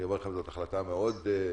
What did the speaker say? אני אומר לכם שזו החלטה מאוד קשה,